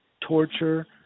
Torture